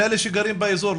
אלה שגרים באזור,